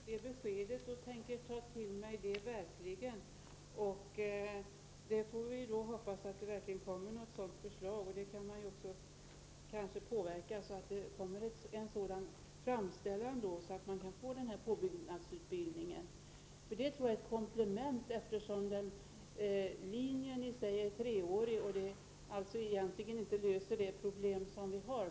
Fru talman! Jag tackar för det beskedet och tänker verkligen ta det till mig. Sedan får man hoppas att det kommer ett sådant förslag, och det går kanske också att påverka så att det kommer en sådan framställan, så att vi får den här påbyggnadsutbildningen. Det handlar om ett komplement. Linjen i sig är treårig och löser egentligen inte de problem som vi har.